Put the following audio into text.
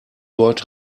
dort